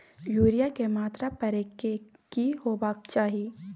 Urea के मात्रा परै के की होबाक चाही?